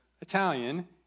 Italian